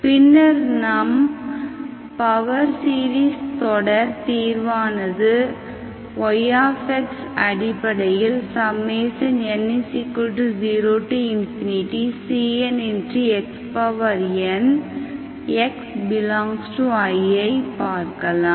பின்னர் நம் power series தொடர் தீர்வானது y அடிப்படையில் n0cnxn x∈Iஐப் பார்க்கலாம்